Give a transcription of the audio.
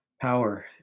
Power